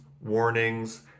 warnings